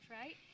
right